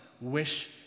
wish